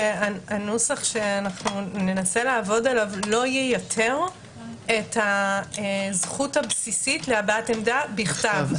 הנוסח שאנו ננסה לעבוד עליו לא ייתר את הזכות הבסיסית להבעת עמדה בכתב.